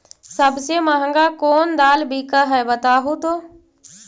सबसे महंगा कोन दाल बिक है बताहु तो?